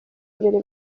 mbere